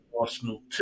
Arsenal